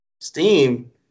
Steam